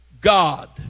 God